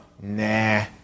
Nah